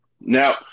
now